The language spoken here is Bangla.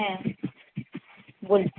হ্যাঁ বলছি